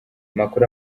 amakuru